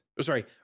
Sorry